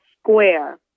square